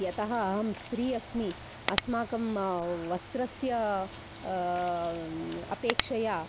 यतः अहं स्त्री अस्मि अस्माकं वस्त्रस्य अपेक्षया